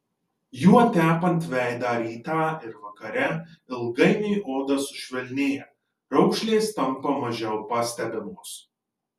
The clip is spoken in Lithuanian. juo tepant veidą rytą ir vakare ilgainiui oda sušvelnėja raukšlės tampa mažiau pastebimos